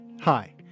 Hi